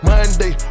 Monday